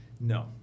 No